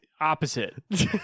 opposite